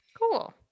Cool